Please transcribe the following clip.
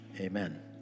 Amen